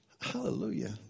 Hallelujah